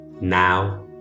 Now